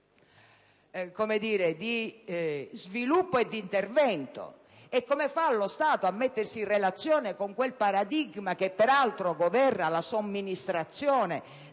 paradigma di sviluppo e di intervento. E, come fa lo Stato a mettersi in relazione a quel paradigma, che peraltro governa la somministrazione